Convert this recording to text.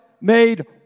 made